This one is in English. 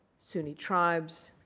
sunni tribes,